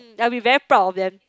I will be very proud of them